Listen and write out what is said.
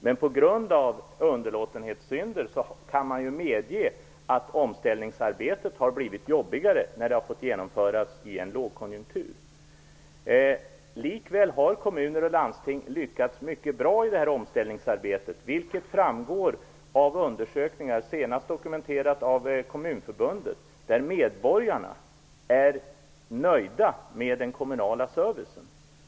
Men på grund av underlåtenhetssynder kan man medge att omställningsarbetet har blivit jobbigare eftersom det har fått genomföras i en lågkonjunktur. Likväl har kommuner och landsting lyckats bra i omställningsarbetet, vilket framgår av undersökningar senast dokumenterat av Kommunförbundet. Det framgår att medborgarna är nöjda med den kommunala servicen.